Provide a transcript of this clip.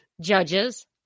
judges